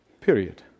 period